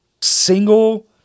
single